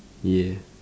yeah